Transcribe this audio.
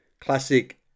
classic